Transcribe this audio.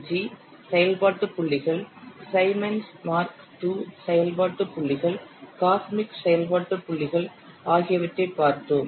G செயல்பாட்டு புள்ளிகள் Symons mark II செயல்பாட்டு புள்ளிகள் காஸ்மிக் செயல்பாட்டு புள்ளிகள் ஆகியவற்றை பார்த்தோம்